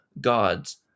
gods